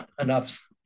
enough